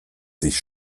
sich